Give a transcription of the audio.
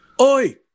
Oi